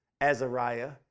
Azariah